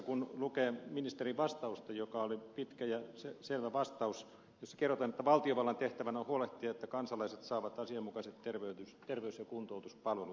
kun lukee ministerin vastausta joka oli pitkä ja selvä vastaus jossa kerrotaan että valtiovallan tehtävänä on huolehtia siitä että kansalaiset saavat asianmukaiset terveys ja kuntoutuspalvelut